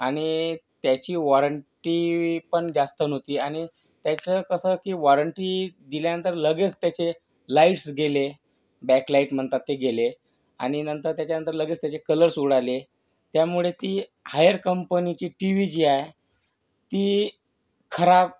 आणि त्याची वॉरंटी पण जास्त नव्हती आणि त्याचं कसं की वॉरंटी दिल्यानंतर लगेच त्याचे लाईट्स गेले बॅक लाईट म्हणतात ते गेले आणि नंतर त्याच्यानंतर लगेच त्याचे कलर्स उडाले त्यामुळे ती हायर कंपनीची टी व्ही जी आहे ती खराब